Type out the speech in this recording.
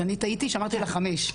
אז אני טעיתי כשאמרתי לך חמש.